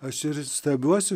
aš ir stebiuosi